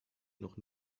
noch